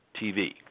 TV